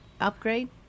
upgrade